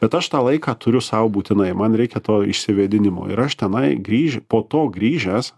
bet aš tą laiką turiu sau būtinai man reikia to išsivėdinimo ir aš tenai grįž po to grįžęs